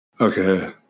Okay